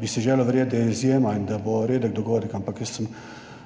bi si želel verjeti, da je bila izjema in da bo redek dogodek, ampak jaz sem